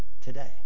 today